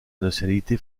nationalité